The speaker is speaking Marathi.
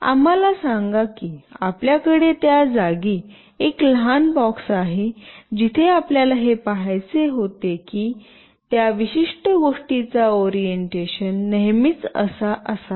आम्हाला सांगा की आपल्याकडे त्या जागी एक लहान बॉक्स आहे जिथे आपल्याला हे पहायचे होते की त्या विशिष्ट गोष्टीचा ओरिएंटेशन नेहमीच असा असावा